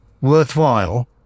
worthwhile